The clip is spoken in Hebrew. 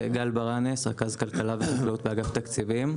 גל ברנס, רכז כלכלה וחקלאות באגף תקציבים.